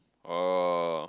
oh